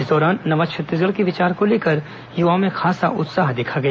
इस दौरान नवा छत्तीसगढ़ के विचार को लेकर युवाओं में खासा उत्साह देखा गया